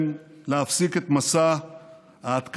תודה רבה.